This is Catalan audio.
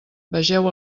vegeu